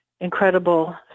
incredible